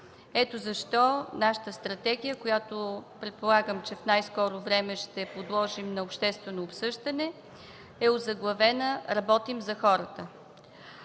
Ето защо нашата стратегия, която предполагам, че в най-скоро време ще подложим на обществено обсъждане, е озаглавена: „Работим за хората“.